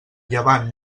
llevant